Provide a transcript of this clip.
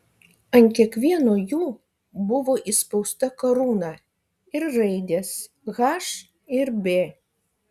ant kiekvieno jų buvo įspausta karūna ir raidės h ir b